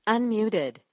Unmuted